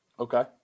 Okay